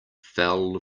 fell